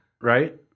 Right